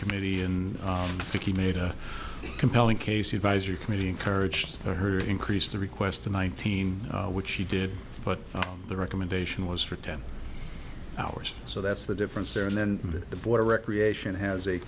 committee in the key made a compelling case advisory committee encouraged her increase the requests to nineteen which she did but the recommendation was for ten hours so that's the difference there and then the border recreation has a